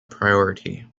priority